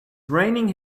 raining